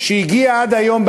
שהגיע עד היום,